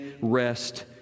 rest